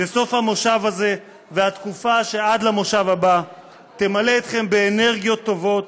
שסוף המושב הזה והתקופה שעד למושב הבא ימלאו אתכם באנרגיות טובות,